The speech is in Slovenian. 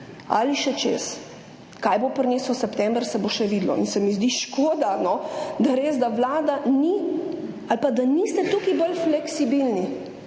ali še čez. Kaj bo prinesel september, se bo še videlo. In se mi zdi škoda, da res vlada ni ali pa da niste tukaj bolj fleksibilni,